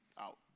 out